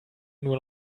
nur